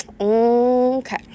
okay